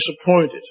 disappointed